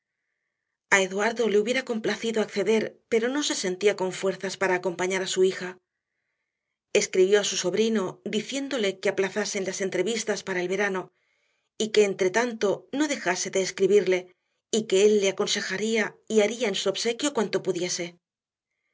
eduardo le hubiera complacido acceder pero no se sentía con fuerzas para acompañar a su hija escribió a su sobrino diciéndole que aplazasen las entrevistas para el verano y que entretanto no dejase de escribirle y que él le aconsejaría y haría en su obsequio cuanto pudiese